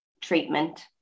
treatment